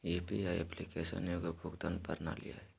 UPI application एगो भुगतान प्रणाली हइ